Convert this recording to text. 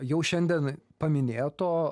jau šiandien paminėto